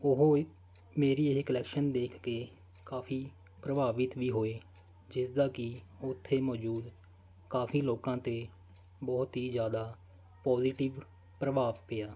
ਉਹ ਮੇਰੀ ਇਹ ਕਲੈਕਸ਼ਨ ਦੇਖ ਕੇ ਕਾਫੀ ਪ੍ਰਭਾਵਿਤ ਵੀ ਹੋਏ ਜਿਸ ਦਾ ਕਿ ਉੱਥੇ ਮੌਜੂਦ ਕਾਫੀ ਲੋਕਾਂ 'ਤੇ ਬਹੁਤ ਹੀ ਜ਼ਿਆਦਾ ਪੋਜ਼ਟਿਵ ਪ੍ਰਭਾਵ ਪਿਆ